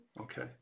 Okay